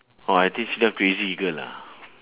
or I think she just crazy girl lah